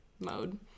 mode